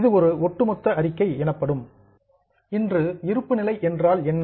இது ஒரு ஒட்டுமொத்த அறிக்கை எனப்படும் இன்று பேலன்ஸ் ஷீட் இருப்பு நிலை என்றால் என்ன